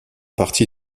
partie